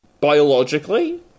biologically